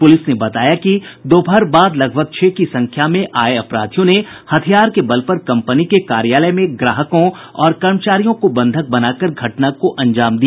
police ने बताया कि दोपहर बाद लगभग छह की संख्या में आये अपराधियों ने हथियार के बल पर कंपनी के कार्यालय में ग्राहकों और कर्मचारियों को बंधक बना कर घटना को अंजाम दिया